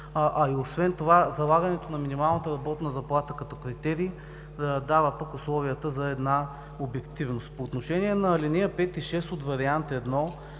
а и освен това залагането на минималната работна заплата като критерий дава пък условията за една обективност. По отношение на алинеи 5 и 6 от вариант І,